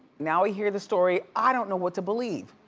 now we hear the story, i don't know what to believe.